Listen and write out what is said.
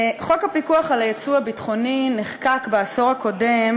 חוק הפיקוח על יצוא ביטחוני נחקק בעשור הקודם